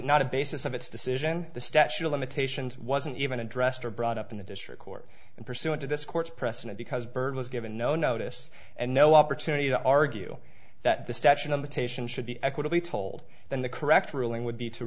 not a basis of its decision the statute of limitations wasn't even addressed or brought up in the district court and pursuant to this court's precedent because byrd was given no notice and no up to me to argue that the statute of the taishan should be equitably told then the correct ruling would be to